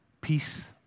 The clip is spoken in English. Peace